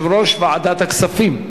יושב-ראש ועדת הכספים.